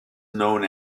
known